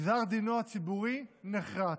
גזר דינו הציבורי נחרץ,